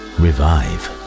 revive